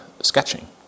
sketching